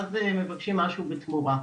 ואז מבקשים משהו בתמורה.